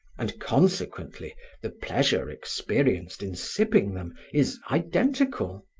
and consequently the pleasure experienced in sipping them is identical.